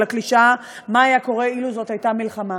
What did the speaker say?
על הקלישאה מה היה קורה אילו זאת הייתה מלחמה,